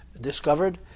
discovered